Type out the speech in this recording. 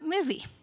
movie